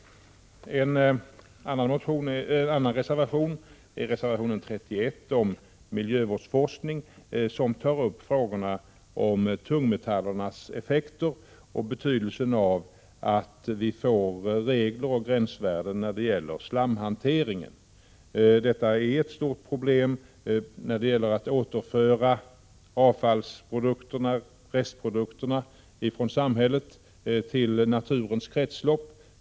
En annan reservation är nr 31 om miljövårdsforskning, som tar upp frågorna om tungmetallernas effekter och betydelsen av att vi får regler och gränsvärden för slamhanteringen. Detta är ett stort problem när det gäller att återföra restprodukterna från samhället till naturens kretslopp.